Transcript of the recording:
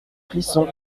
clisson